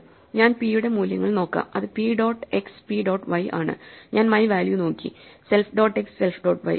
അങ്ങനെ ഞാൻ പി യുടെ മൂല്യങ്ങൾ നോക്കാം അത് P dot X P dot Y ആണ് ഞാൻ മൈ വാല്യൂ നോക്കി self dot X self dot Y